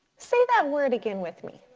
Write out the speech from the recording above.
say that word again with me.